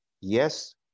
Yes